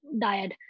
diet